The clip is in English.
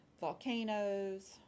volcanoes